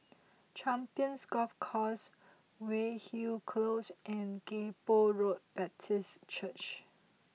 Champions Golf Course Weyhill Close and Kay Poh Road Baptist Church